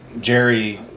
Jerry